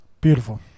Beautiful